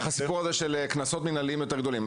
הסיפור הזה של קנסות מנהליים יותר גדולים.